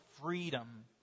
freedom